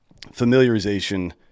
familiarization